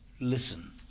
listen